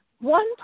one